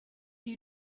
you